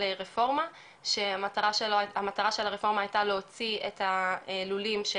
רפורמה שהמטרה של הרפורמה היתה להוציא את הלולים,